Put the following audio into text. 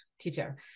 teacher